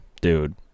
Dude